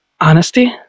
honesty